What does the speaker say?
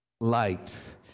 light